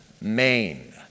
Maine